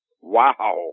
Wow